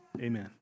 Amen